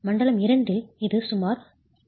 மண்டலம் II இல் இது சுமார் 0